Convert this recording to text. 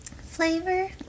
flavor